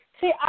See